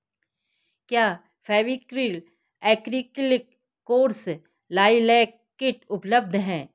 क्या Fevicryl acrylic colours lilac kit उपलब्ध है